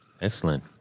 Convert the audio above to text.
Excellent